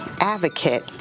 advocate